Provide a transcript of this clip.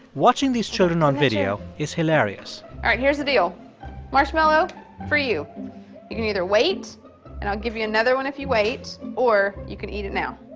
watching these children on video is hilarious all right, here's the deal marshmallow for you. you can either wait and i'll give you another one if you wait or you can eat it now.